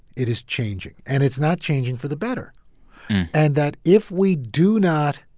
it is changing. and it's not changing for the better and that if we do not